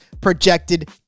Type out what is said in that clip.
projected